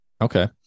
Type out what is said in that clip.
Okay